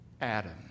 Adam